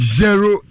zero